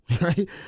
Right